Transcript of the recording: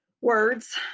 words